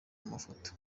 mafoto